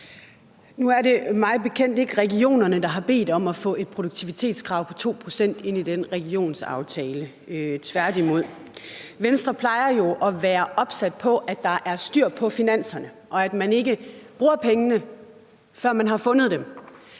bekendt ikke regionerne, der har bedt om at få et produktivitetskrav på 2 pct. ind i den regionsaftale, tværtimod. Venstre plejer jo at være opsat på, at der er styr på finanserne, og at man ikke bruger pengene, før man har fundet dem.